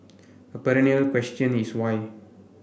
a perennial question is why